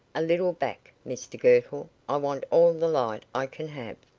a little back, mr girtle i want all the light i can have.